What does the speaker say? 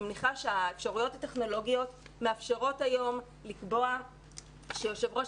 אני מניחה שהאפשרויות הטכנולוגיות מאפשרות היום לקבוע שיושב-ראש